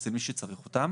אצל מי שצריך אותם.